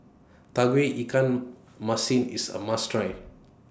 Tauge Ikan Masin IS A must Try